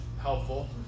helpful